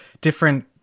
different